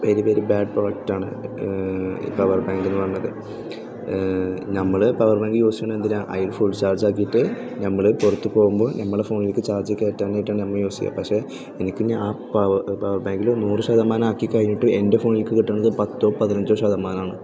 very very bad പ്രോഡക്റ്റാണ് power ബാങ്കെന്ന് പറയുന്നത് നമ്മൾ പവർ ബാങ്ക് യൂസ് ചെയ്യുന്നത് എന്തിനാണ് അതിൽ ഫുൾ ചാർജ്ജാക്കിയിട്ട് നമ്മൾ പുറത്ത് പോകുമ്പോൾ നമ്മൾ ഫോണിലേക്ക് ചാർജ്ജ് കയറ്റാനായിട്ടാണ് നമ്മൾ യൂസ് ചെയ്യുക പക്ഷേ എനിക്കിനി ആ പവർ ബാങ്കിൽ നൂറ് ശതമാനാക്കി കഴിഞ്ഞിട്ട് എൻ്റെ ഫോണിലേക്ക് കിട്ടുന്നത് പത്തോ പതിനഞ്ചോ ശതമാനാണ്